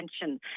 attention